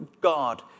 God